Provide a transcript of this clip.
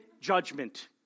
judgment